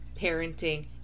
parenting